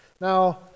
Now